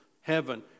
heaven